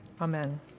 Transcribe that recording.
Amen